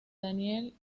daniel